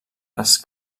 les